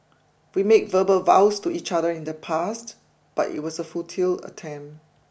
we made verbal vows to each other in the past but it was a futile attempt